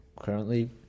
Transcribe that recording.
currently